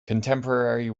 contemporary